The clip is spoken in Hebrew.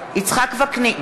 נגד יצחק וקנין,